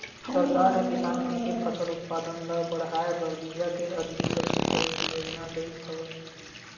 सरकार ह किसान मन के फसल उत्पादन ल बड़हाए बर बीजा के अदली बदली करे के योजना लइस हवय